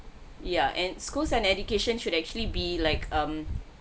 yeah and schools and education should actually be like um